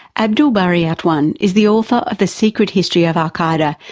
abdel bari atwan is the author of the secret history of al qaeda,